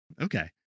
Okay